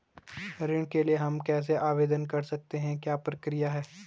ऋण के लिए हम कैसे आवेदन कर सकते हैं क्या प्रक्रिया है?